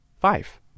five